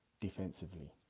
defensively